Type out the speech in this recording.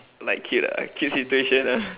like cute ah cute situation ah